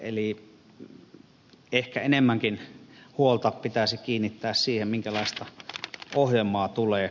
eli ehkä enemmänkin huolta pitäisi kiinnittää siihen minkälaista ohjelmaa tulee